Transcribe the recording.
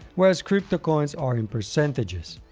where as crypto coins are in percentages.